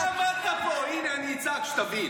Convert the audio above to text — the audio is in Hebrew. אתה עמדת פה, הינה אני אצעק כדי שתבין.